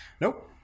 Nope